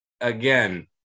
again